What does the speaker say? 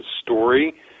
story